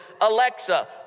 Alexa